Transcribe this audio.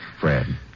Fred